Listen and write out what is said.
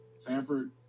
Sanford